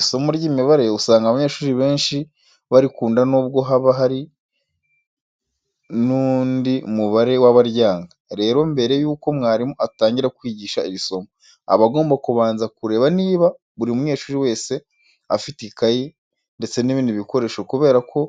Isomo ry'imibare usanga abanyeshuri benshi barikunda nubwo haba hari n'undi mubare w'abaryanga. Rero mbere yuko mwarimu atangira kwigisha iri somo, aba agomba kubanza kureba niba buri munyeshuri wese afite ikayi ndetse n'ibindi bikoresho kubera ko